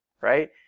right